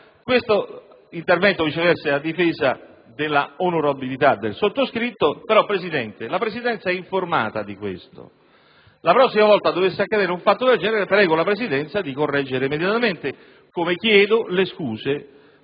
L'intervento di oggi, viceversa, è a difesa dell'onorabilità del sottoscritto; però la Presidenza è informata di questo. La prossima volta, dovesse accadere un fatto del genere, prego la Presidenza di correggere immediatamente, così come chiedo le scuse